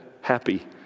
happy